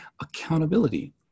accountability